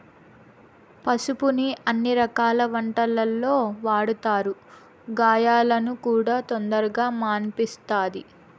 పసుపును అన్ని రకాల వంటలల్లో వాడతారు, గాయాలను కూడా తొందరగా మాన్పిస్తది